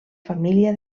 família